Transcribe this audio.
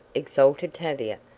exulted tavia,